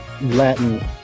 Latin